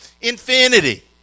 Infinity